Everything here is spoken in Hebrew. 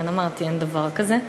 לכן אמרתי, אין דבר כזה.